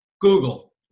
Google